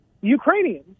Ukrainians